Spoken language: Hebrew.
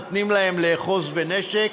נותנים להם לאחוז בנשק,